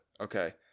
Okay